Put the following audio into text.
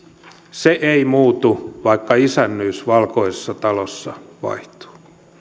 se ei muutu vaikka isännyys valkoisessa talossa vaihtuu